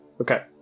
Okay